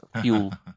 fuel